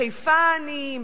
בחיפה העניים,